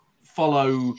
follow